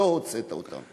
לא הוצאת אותם.